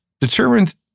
determined